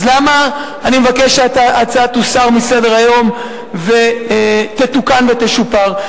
אז למה אני מבקש שההצעה תוסר מסדר-היום ותתוקן ותשופר?